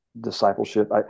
discipleship